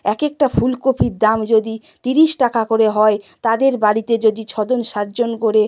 একেকটা ফুলকপির দাম যদি ত্রিশ টাকা করে হয় তাদের বাড়িতে যদি ছ জন সাত জন করে